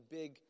big